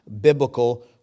biblical